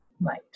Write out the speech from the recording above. light